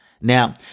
now